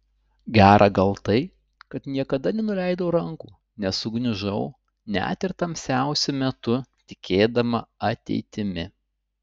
gera gal tai kad niekada nenuleidau rankų nesugniužau net ir tamsiausiu metu tikėdama ateitimi